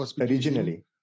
Originally